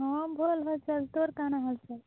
ହଁ ଭଲ୍ ହାଲ୍ ଚାଲ୍ ତୋର କ'ଣ ହାଲ୍ ଚାଲ୍